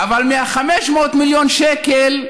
אבל מה-500 מיליון שקל,